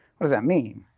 what does that mean?